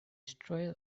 trail